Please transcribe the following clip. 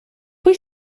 pwy